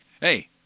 Hey